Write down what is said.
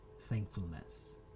thankfulness